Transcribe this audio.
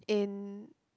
in